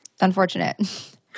unfortunate